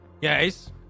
Yes